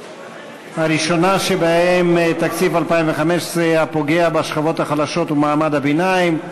הראשונה שבהן: תקציב 2015 הפוגע בשכבות החלשות ובמעמד הביניים,